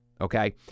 okay